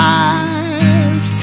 eyes